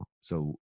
So-